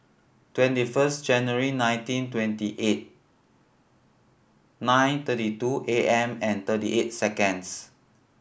twenty first January nineteen twenty eight nine thirty two A M and thirty eight seconds